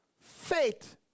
faith